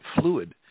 fluid